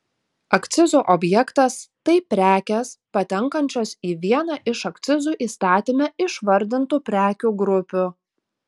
akcizų objektas tai prekės patenkančios į vieną iš akcizų įstatyme išvardintų prekių grupių